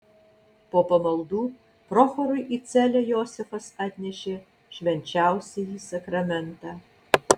po pamaldų prochorui į celę josifas atnešė švenčiausiąjį sakramentą